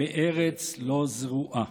בארץ לא זרועה".